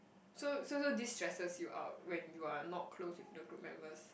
so so so this stresses you out when you are not close with the group members